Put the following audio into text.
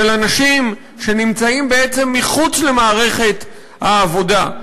אנשים שנמצאים בעצם מחוץ למערכת העבודה,